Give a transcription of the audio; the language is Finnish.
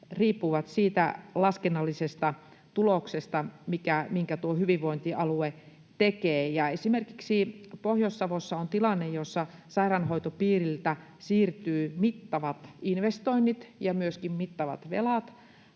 riippuvat siitä laskennallisesta tuloksesta, minkä tuo hyvinvointialue tekee. Esimerkiksi Pohjois-Savossa on tilanne, jossa sairaanhoitopiiriltä siirtyvät mittavat investoinnit ja myöskin mittavat velat